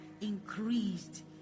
increased